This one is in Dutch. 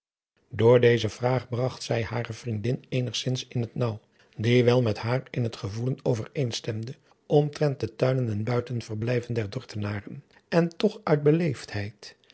door deze vraag bragt zij hare vriendin eenigzins in het naauw die wel met haar in het gevoelen overeenstemde omtrent de tuinen en buitenverblijven der dortenaren en toch uit